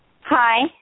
Hi